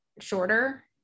shorter